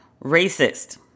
racist